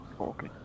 Okay